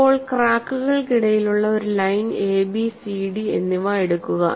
ഇപ്പോൾ ക്രാക്കുകൾക്കിടയിലുള്ള ഒരു ലൈൻ എബി സിഡി എന്നിവ എടുക്കുക